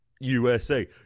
USA